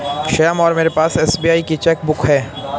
श्याम और मेरे पास एस.बी.आई की चैक बुक है